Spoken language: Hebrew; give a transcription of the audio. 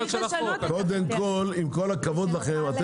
עם כל הכבוד לכם,